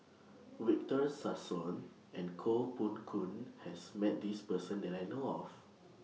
Victor Sassoon and Koh Poh Koon has Met This Person that I know of